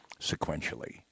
sequentially